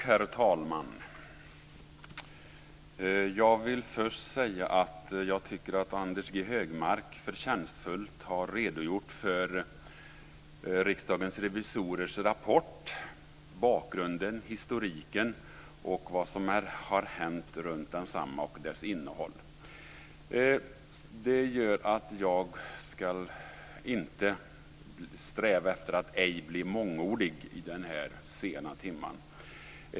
Herr talman! Jag vill först säga att jag tycker att Anders G Högmark förtjänstfullt har redogjort för Riksdagens revisorers rapport, bakgrunden, historiken och vad som har hänt runt densamma och dess innehåll. Det gör att jag ska sträva efter att inte bli mångordig i denna sena timma.